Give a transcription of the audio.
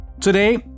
Today